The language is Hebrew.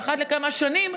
אחת לכמה שנים.